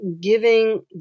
giving